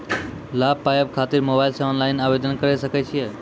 लाभ पाबय खातिर मोबाइल से ऑनलाइन आवेदन करें सकय छियै?